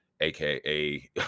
AKA